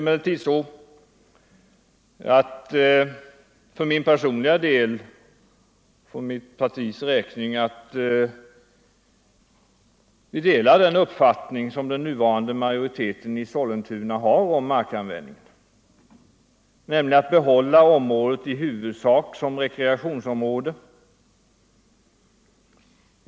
Mitt parti delar emellertid den uppfattning som den nuvarande majoriteten i Sollentuna har om markanvändningen, nämligen att behålla området i huvudsak som rekreationsområde.